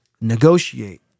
negotiate